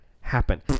happen